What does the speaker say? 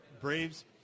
Braves